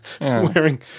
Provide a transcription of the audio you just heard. wearing